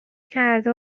کرده